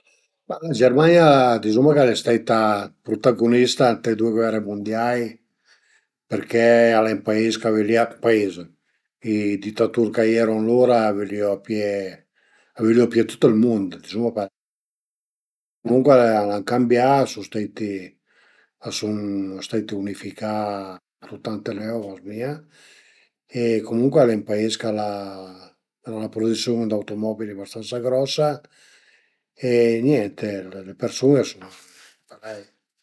Ma travai che riesarìa nen a fe al e fe l'idraulich, l'idraulich al a sempre dame fastidi travaié cun i tübu dë l'acua, specialment se deve cambié ün tübu dë l'acua sut al lavandin, sut al lavandin al e 'na coza teribila, mi riesu nen a felu, se deu propi felu, lu fazu, però a m'da fastidi